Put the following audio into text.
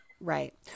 right